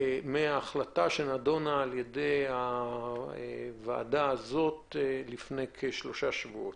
יחסית להחלטה שנדונה על ידי הוועדה הזאת לפני שלושה שבועות.